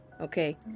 okay